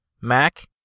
Mac